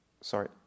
Sorry